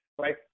right